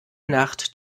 nacht